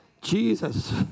Jesus